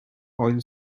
oil